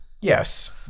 Yes